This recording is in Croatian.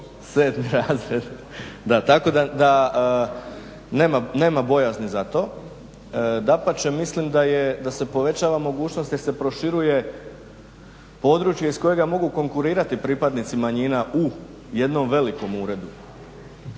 7.razred tako da nema bojazni za to. Dapače mislim da se povećava mogućnost jer se proširuje područje iz kojega mogu konkurirati pripadnici manjina u jednom velikom uredu.